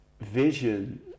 vision